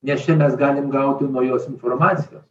nes čia mes galim gauti naujos informacijos